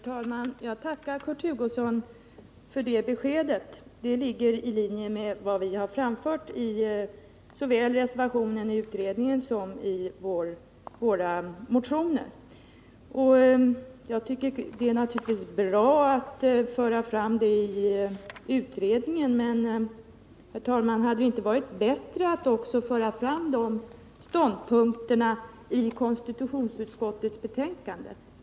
Herr talman! Jag tackar Kurt Hugosson för det beskedet. Det ligger i linje med vad vi framfört såväl i reservationen i utredningen som i våra motioner. Det är naturligtvis bra att föra fram detta i utredningen, men, herr talman, hade det inte varit bättre att föra fram de ståndpunkterna också i konstitutionsutskottets betänkande?